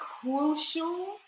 crucial